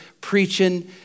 preaching